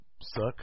suck